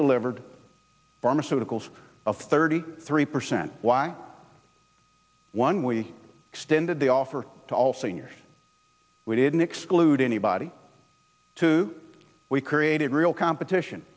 delivered pharmaceuticals of thirty three percent one we extended the offer to all seniors we didn't exclude anybody to we created real competition